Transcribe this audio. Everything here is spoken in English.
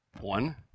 One